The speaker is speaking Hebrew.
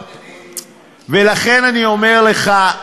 ולכן אני אומר לך,